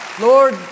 Lord